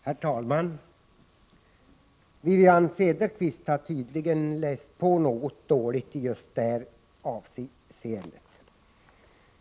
Herr talman! Wivi-Anne Cederqvist har tydligen läst på något dåligt i just det här avseendet.